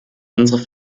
unsere